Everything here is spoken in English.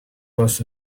was